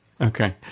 Okay